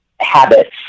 habits